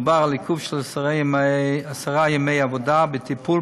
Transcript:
מדובר על עיכוב של עשרה ימי עבודה בטיפול